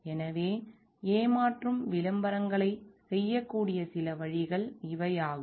எனவே ஏமாற்றும் விளம்பரங்களைச் செய்யக்கூடிய சில வழிகள் இவையாகும்